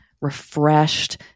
refreshed